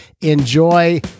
enjoy